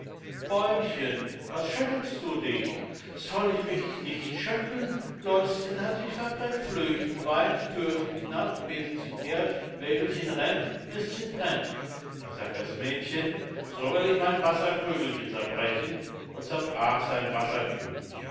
bäumchen was schüttelst du dich soll ich mich nicht schütteln läuschen hat sich verbrennt flöhchen weint thürchen knarrt besenchen kehrt wägelchen rennt mistchen brennt da sagt das mädchen so will ich mein wasserkrügelchen zerbrechen und zerbrach sein